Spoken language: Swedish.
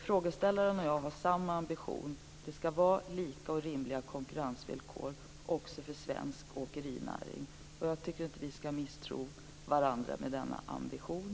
Frågeställaren och jag har samma ambition. Det skall vara lika och rimliga kostnader och konkurrensvillkor också för svensk åkerinäring. Jag tycker inte att vi skall misstro varandra i denna ambition.